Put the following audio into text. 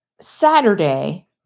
Saturday